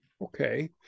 Okay